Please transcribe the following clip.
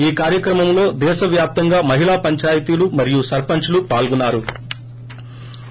ఈ కార్యక్రమంలో దేశవ్యాప్తంగా మహిళా పంచాయితిలు మరియు సర్పంచ్లు పాల్గొన్నా రు